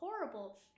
horrible